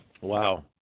Wow